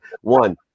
One